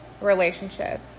relationship